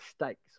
mistakes